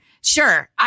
sure